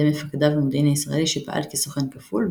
מפקדיו במודיעין הישראלי שפעל כסוכן כפול,